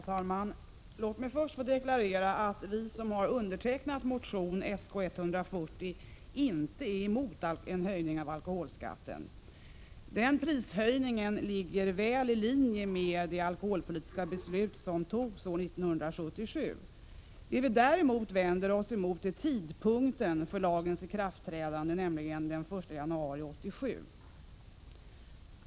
Herr talman! Låt mig först få deklarera att vi som undertecknat motion Sk140 inte är emot en höjning av alkoholskatten. Prishöjningen ligger väl i linje med 1977 års alkoholpolitiska beslut. Det vi däremot vänder oss emot är tidpunkten för lagens ikraftträdande, nämligen den 1 januari 1987.